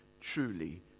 truly